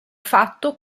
fatto